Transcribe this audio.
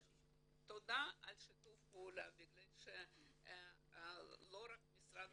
תודה על שיתוף הפעולה מכיוון שלא רק משרד